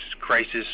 crisis